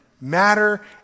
Matter